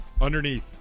Underneath